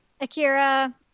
Akira